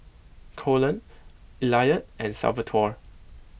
Colon Elliot and Salvatore